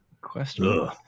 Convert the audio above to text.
Question